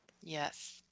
Yes